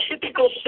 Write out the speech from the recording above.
typical